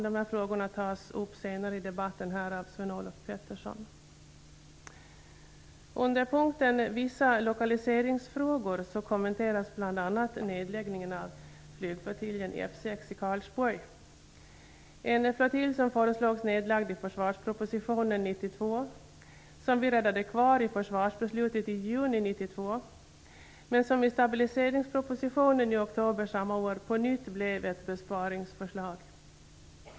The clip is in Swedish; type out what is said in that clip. Dessa frågor skall tas upp här senare i debatten av Sven-Olof Petersson. föreslogs att flottiljen skulle läggas ned. Vi räddade kvar den i försvarsbeslutet i juni 1992. I stabiliseringspropositionen i oktober samma år blev flottiljen på nytt föremål för ett besparingsförslag.